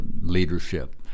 leadership